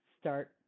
start